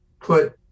put